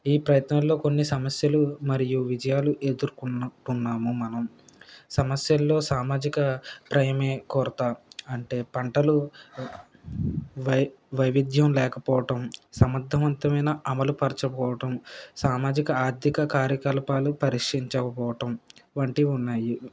ఈ ప్రయత్నంలో కొన్ని సమస్యలు మరియు విజయాలు ఎదుర్కొన్నట్టున్నాము మనం సమస్యల్లో సామాజిక ప్రయమే కోరతాం అంటే పంటలు వై వైవిధ్యం లేకపోవడం సమర్థవంతమైన అమలు పరచకపోవటం సామాజిక ఆర్థిక కార్యకలాపాలు పరీక్షించకపోవడం వంటివి ఉన్నాయి